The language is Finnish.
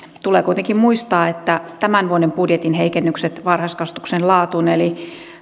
tulee kuitenkin muistaa että tämän vuoden budjetin heikennykset varhaiskasvatuksen laatuun eli